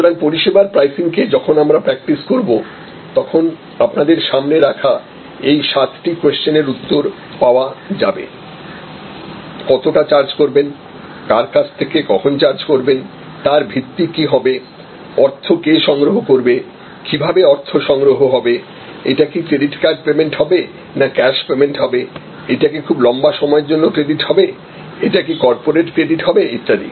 সুতরাং পরিষেবার প্রাইসিং কে যখন আমরা প্র্যাকটিস করবো তখন আপনাদের সামনে রাখা এই সাতটি কোশ্চেনের উত্তর পাওয়া যাবে কতটা চার্জ করবেন কার কাছ থেকে কখন চার্জ করবেন তার ভিত্তি কী হবে অর্থ কে সংগ্রহ করবে কিভাবে অর্থ সংগ্রহ হবে এটা কি ক্রেডিটকার্ড পেমেন্ট হবে না ক্যাশ পেমেন্ট হবে এটা কি খুব লম্বা সময়ের জন্য ক্রেডিট হবে এটা কি কর্পোরেট ক্রেডিট হবে ইত্যাদি